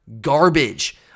Garbage